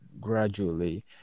gradually